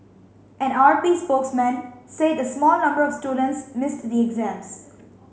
an R P spokesman said a small number of students missed the exams